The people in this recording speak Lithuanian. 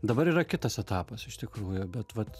dabar yra kitas etapas iš tikrųjų bet vat